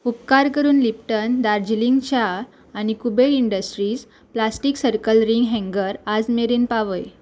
उपकार करून लिप्टन दार्जिलिंग च्या आनी कुबेळ इंडस्ट्रीज प्लास्टीक सर्कल रिंग हँगर आज मेरेन पावय